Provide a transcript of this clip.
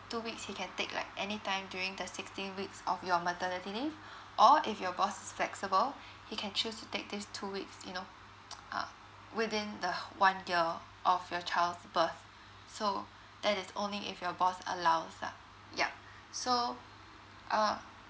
two weeks he can take like any time during the sixteen weeks of your maternity leave or if your boss flexible he can choose to take this two weeks you know uh within the one year of your child's birth so that is only if your boss allows lah yup so uh